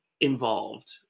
involved